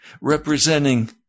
representing